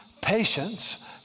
patience